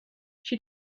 she